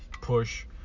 push